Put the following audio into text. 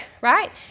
right